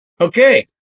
Okay